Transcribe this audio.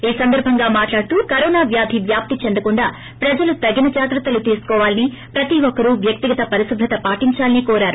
ఈ సందర్బంగా మాట్లాడుతూ కరోనా వ్యాధి వ్యాప్తి చెందకుండా ప్రజలు తగిన జాగ్రత్తలు తీసుకోవాలని ప్రతి ఒక్కరూ వ్యక్తిగత పరిశుభ్రత పాటిందాలని కోరారు